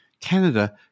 Canada